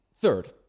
Third